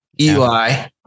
Eli